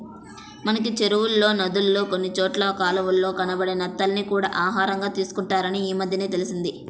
మనకి చెరువుల్లో, నదుల్లో కొన్ని చోట్ల కాలవల్లో కనబడే నత్తల్ని కూడా ఆహారంగా తీసుకుంటారని ఈమద్దెనే తెలిసింది